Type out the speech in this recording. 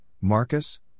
Marcus